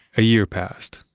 a year passed,